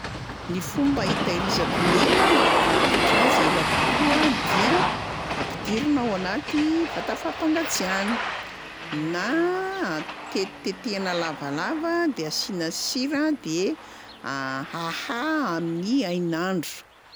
Ny fomba hitahirizako ny hena mba hampaharitra azy ela kokoa dia ampidirina ao anaty vata fampangatsiahana, na a- tetitetehana lavalava de asiana sira de ahaha amin'ny hain'andro.